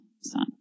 son